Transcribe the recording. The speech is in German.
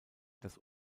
das